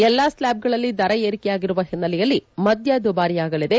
ಎಲ್ಲ ಸ್ಲಾ ಬ್ಗಳಲ್ಲಿ ದರ ಏರಿಕೆಯಾಗಿರುವ ಹಿನ್ನೆಲೆಯಲ್ಲಿ ಮದ್ಯ ದುಬಾರಿಯಾಗಲಿದೆ